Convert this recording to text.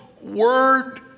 word